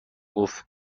گفت